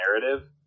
narrative